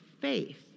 faith